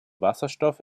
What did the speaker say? wasserstoff